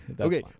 Okay